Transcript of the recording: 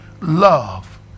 love